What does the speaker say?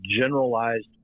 generalized